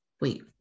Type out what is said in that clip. Wait